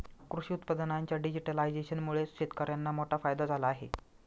कृषी उत्पादनांच्या डिजिटलायझेशनमुळे शेतकर्यांना मोठा फायदा झाला आहे